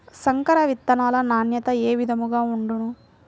సంకర విత్తనాల నాణ్యత ఏ విధముగా ఉండును?